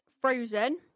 frozen